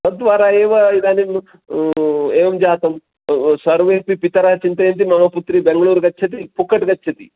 तद् द्वारा एव इदानीं एवं जातं सर्वेपि पितरः चिन्तयन्ति मम पुत्री बेङ्गळूर् गच्छति पुक्कट् गच्छति